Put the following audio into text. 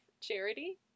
Charity